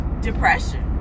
depression